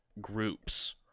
groups